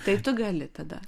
taip tu gali tada